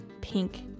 pink